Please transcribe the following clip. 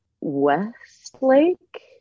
Westlake